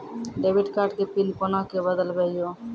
Debit card के pin कोना के बदलबै यो?